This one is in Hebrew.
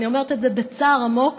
ואני אומרת את זה בצער עמוק,